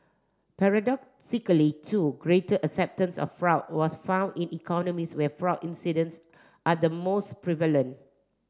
paradoxically too greater acceptance of fraud was found in economies where fraud incidents are the most prevalent